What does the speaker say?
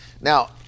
now